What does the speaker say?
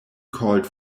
called